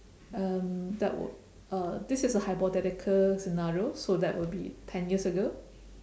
um that would uh this is a hypothetical scenario so that would be ten years ago